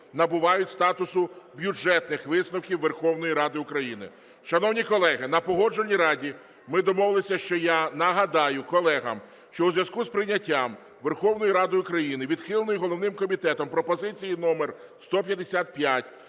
набувають статусу Бюджетних висновків Верховної Ради України. Шановні колеги, на Погоджувальній раді ми домовилися, що я нагадаю колегам, що у зв'язку з прийняттям Верховною Радою України відхиленої головним комітетом пропозиції номер 155